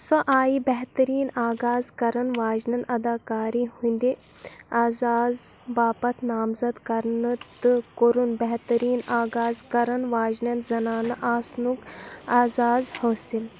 سۄ آیہِ بہتٔریٖن آغاز کرن واجنیٚن اداكارایہ ہندِ اعزازٕ باپتھ نامزَد کرنہٕ تہٕ كو٘رُن بہتٔریٖن آغاز کرن واجِنیٚن زنانہٕ آسنُک اعزاز حٲصِل